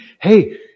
Hey